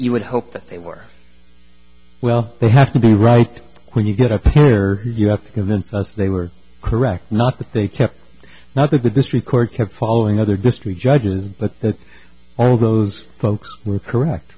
you would hope that they were well they have to be right when you get up there you have to convince us they were correct not that they kept now but this record kept following other district judges but that all those folks were correct